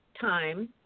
time